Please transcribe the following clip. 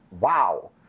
Wow